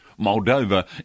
Moldova